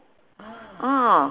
ah